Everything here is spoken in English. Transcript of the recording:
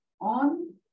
on